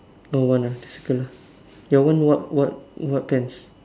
oh one ah then circle ah that one no what what pants